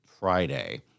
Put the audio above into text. Friday